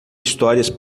histórias